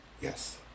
Yes